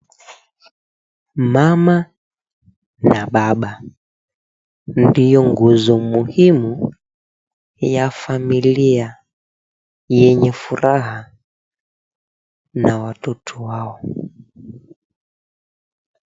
Mama na baba ndio nguzo muhimu ya familia yenye furaha na watoto wao.